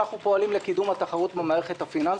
אנחנו פועלים לקידום התחרות במערכת הפיננסית,